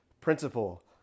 principle